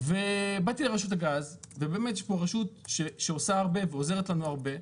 ובאתי לרשות הגז ובאמת יש פה רשות שעושה הרבה ועוזרת לנו הרבה.